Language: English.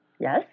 yes